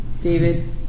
David